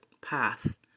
path